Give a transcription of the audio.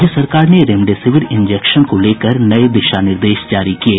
राज्य सरकार ने रेमडेसिविर इंजेक्शन को लेकर नये दिशा निर्देश जारी किये